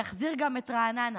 יחזיר גם את רעננה